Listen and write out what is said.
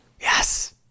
Yes